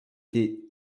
été